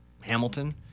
Hamilton